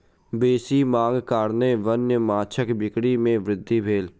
बेसी मांगक कारणेँ वन्य माँछक बिक्री में वृद्धि भेल